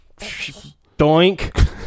Doink